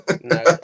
No